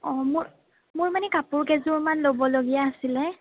অ মোৰ মোৰ মানে কাপোৰ কেইযোৰমান ল'বলগীয়া আছিলে